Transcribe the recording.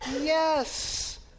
Yes